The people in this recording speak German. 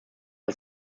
das